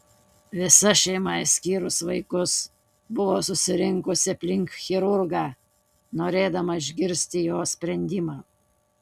visa šeima išskyrus vaikus buvo susirinkusi aplink chirurgą norėdama išgirsti jo sprendimą